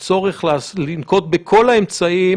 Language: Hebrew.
כל 21 יום היא צריכה לשקול את